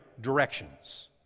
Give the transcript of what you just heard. directions